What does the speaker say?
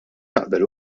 naqbel